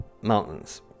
mountains